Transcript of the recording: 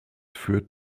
für